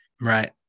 Right